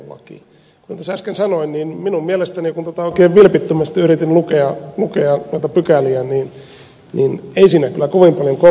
kuten tässä äsken sanoin minun mielestäni kun näitä pykäliä oikein vilpittömästi yritin lukea ei siinä kyllä kovin paljon konkretiaa ole